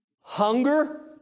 hunger